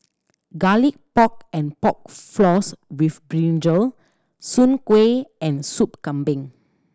Garlic Pork and Pork Floss with brinjal soon kway and Sop Kambing